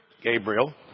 Gabriel